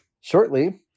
shortly